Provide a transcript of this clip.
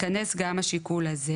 ייכנס גם השיקול הזה.